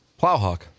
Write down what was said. Plowhawk